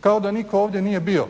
kao da nitko ovdje nije bio